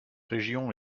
région